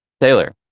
Taylor